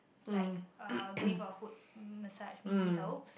like uh going for foot message maybe helps